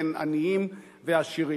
בין עניים ועשירים.